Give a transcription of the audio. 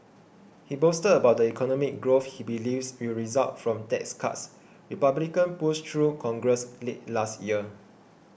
he boasted about the economic growth he believes will result from tax cuts Republicans pushed through Congress late last year